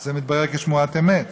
זה מתברר כשמועת אמת.